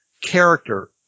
character